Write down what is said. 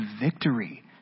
victory